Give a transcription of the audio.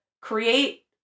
create